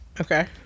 Okay